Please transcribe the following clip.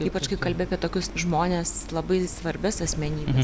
ypač kai kalbi apie tokius žmones labai svarbias asmenybes